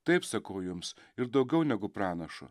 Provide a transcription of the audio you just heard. taip sakau jums ir daugiau negu pranašo